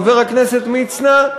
חבר הכנסת מצנע,